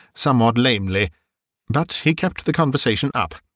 somewhat lamely but he kept the conversation up,